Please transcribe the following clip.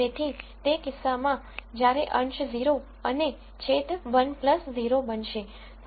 તેથી તે કિસ્સામાં જ્યારે અંશ 0 અને છેદ 1 0 બનશે